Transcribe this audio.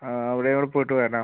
ആ അവിടെയും കൂടി പോയിട്ട് വരാം